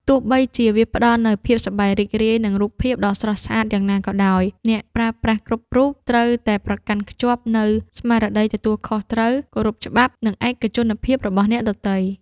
ទោះបីជាវាផ្ដល់នូវភាពសប្បាយរីករាយ និងរូបភាពដ៏ស្រស់ស្អាតយ៉ាងណាក៏ដោយ អ្នកប្រើប្រាស់គ្រប់រូបត្រូវតែប្រកាន់ខ្ជាប់នូវ ស្មារតីទទួលខុសត្រូវ គោរពច្បាប់ និងឯកជនភាពរបស់អ្នកដទៃ។